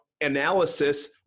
analysis